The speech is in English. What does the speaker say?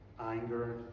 anger